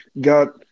got